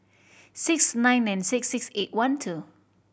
six nine nine six six eight one two